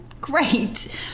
great